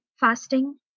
Fasting